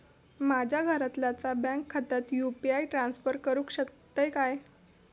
माझ्या घरातल्याच्या बँक खात्यात यू.पी.आय ट्रान्स्फर करुक शकतय काय?